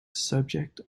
subject